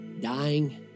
dying